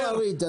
פריד,